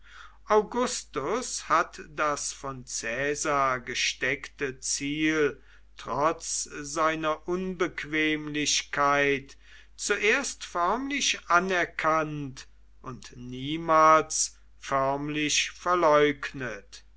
augustus hat das von caesar gesteckte ziel trotz seiner unbequemlichkeit zuerst förmlich anerkannt und niemals förmlich verleugnet